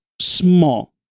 small